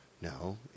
No